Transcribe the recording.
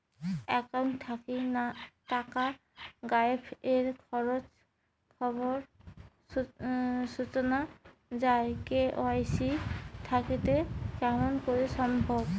Account থাকি টাকা গায়েব এর খবর সুনা যায় কে.ওয়াই.সি থাকিতে কেমন করি সম্ভব?